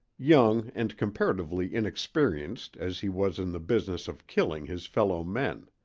young and comparatively inexperienced as he was in the business of killing his fellow-men.